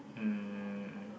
um